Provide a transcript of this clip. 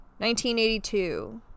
1982